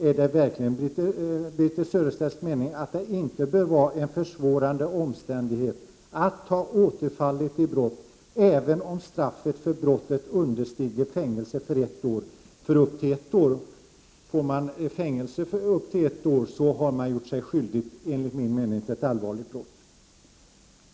Är det verkligen Birthe Sörestedts mening att det inte bör vara en försvårande omständighet att ha återfallit till brott då straffet för brottet understiger ett års fängelse? Om man får fängelse upp till ett år har man, enligt min mening, gjort sig skyldig till ett allvarligt brott.